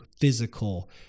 physical